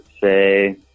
say